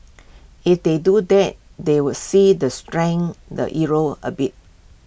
if they do that they would see that strength the euro A bit